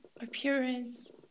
appearance